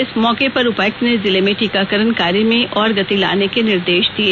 इस मौके पर उपायुक्त ने जिले में टीकाकरण कार्य में और गति लाने के निर्देश दिए